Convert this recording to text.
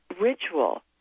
ritual